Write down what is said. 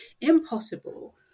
impossible